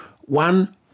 One